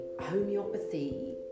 homeopathy